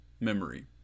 memory